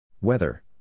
Weather